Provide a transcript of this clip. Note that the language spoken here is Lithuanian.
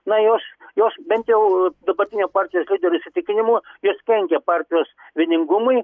na jos jos bent jau dabartinio partijos lyderio įsitikinimu jos kenkia partijos vieningumui